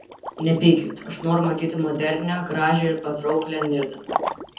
nepykit aš noriu matyti modernią gražią ir patrauklią nidą